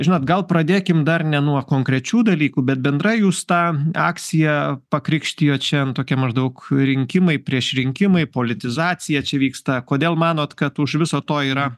žinot gal pradėkim dar ne nuo konkrečių dalykų bet bendra jūs tą akciją pakrikštijo čia tokia maždaug rinkimai prieš rinkimai politizacija čia vyksta kodėl manot kad už viso to yra